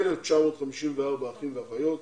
1,954 אחים ואחיות,